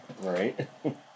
Right